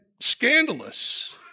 scandalous